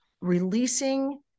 releasing